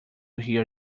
hear